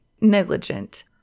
negligent